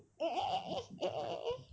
eh eh eh eh eh eh eh eh